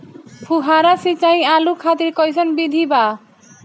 फुहारा सिंचाई आलू खातिर कइसन विधि बा?